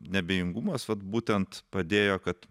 neabejingumas vat būtent padėjo kad